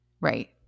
Right